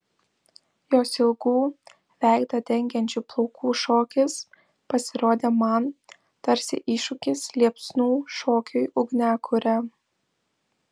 jos ilgų veidą dengiančių plaukų šokis pasirodė man tarsi iššūkis liepsnų šokiui ugniakure